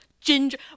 Ginger